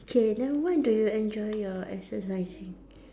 K then where do you enjoy your exercising